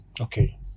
Okay